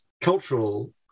cultural